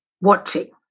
watching